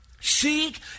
Seek